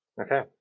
Okay